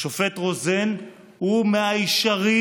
השופט רוזן הוא מהישרים,